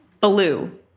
blue